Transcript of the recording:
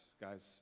guys